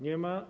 Nie ma.